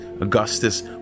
Augustus